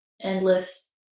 endless